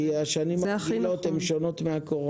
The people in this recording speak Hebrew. כי השנים הרגילות שונות מהקורונה.